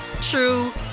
true